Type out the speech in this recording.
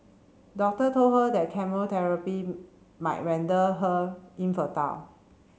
doctor told her that chemotherapy might render her infertile